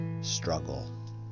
struggle